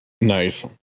Nice